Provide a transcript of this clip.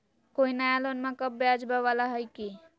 कोइ नया लोनमा कम ब्याजवा वाला हय की?